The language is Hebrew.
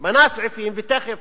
מנה בסעיפים, ותיכף